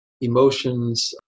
emotions